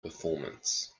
performance